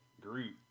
Groot